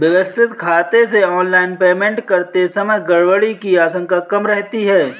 व्यवस्थित खाते से ऑनलाइन पेमेंट करते समय गड़बड़ी की आशंका कम रहती है